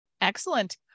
Excellent